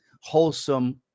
wholesome